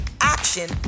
action